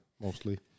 mostly